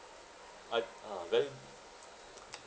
I ah very